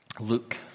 luke